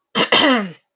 Okay